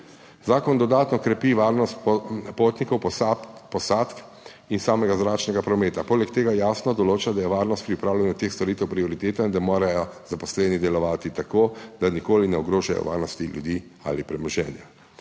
Zakon dodatno krepi varnost potnikov posadk in samega zračnega prometa. Poleg tega jasno določa, da je varnost pri opravljanju teh storitev prioriteta in da morajo zaposleni delovati tako, da nikoli ne ogrožajo varnosti ljudi ali premoženja.